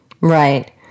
Right